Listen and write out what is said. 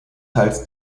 teils